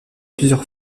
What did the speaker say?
plusieurs